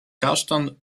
kasztan